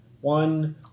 one